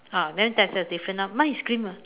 ah then there's a different orh mine is green mah